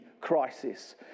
crisis